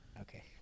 Okay